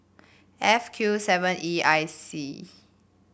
F Q seven E I C